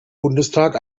bundestag